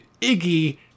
Iggy